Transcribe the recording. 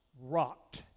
rocked